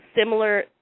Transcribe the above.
similar